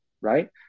right